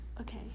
Okay